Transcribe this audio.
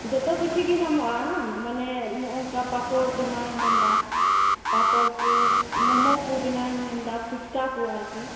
ᱡᱚᱛᱚ ᱠᱤᱪᱷᱩᱜᱮ ᱧᱟᱢᱚᱜᱼᱟ ᱵᱟᱝ ᱢᱟᱱᱮ ᱱᱚᱜᱼᱚᱝᱠᱟ ᱯᱟᱯᱚᱲ ᱵᱮᱱᱟᱣᱤᱧ ᱢᱮᱱᱫᱟ ᱯᱟᱯᱚᱲ ᱠᱚ ᱢᱳᱢᱳᱠᱚ ᱵᱮᱱᱟᱣᱤᱧ ᱢᱮᱱᱫᱟ ᱯᱷᱩᱪᱠᱟ ᱠᱚ ᱟᱨᱠᱤ